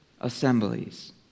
assemblies